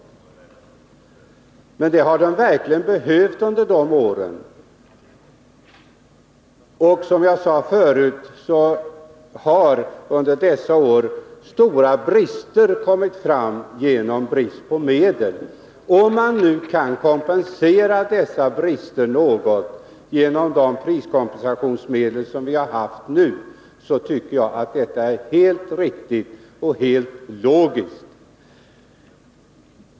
Försvaret har verkligen behövt ytterligare medel under dessa år. Som jag sade förut har under denna tid stora brister uppstått på grund av avsaknad av medel. Om man nu genom priskompensationsmedlen något kan kompensera försvaret för dessa brister, tycker jag att detta är helt riktigt och helt logiskt.